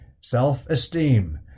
self-esteem